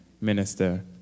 Minister